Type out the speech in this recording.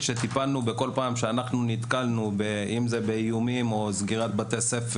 בכל פעם שנתקלנו באיומים,